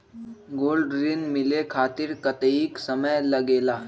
Gold ऋण मिले खातीर कतेइक समय लगेला?